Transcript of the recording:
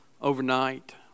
overnight